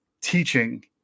teaching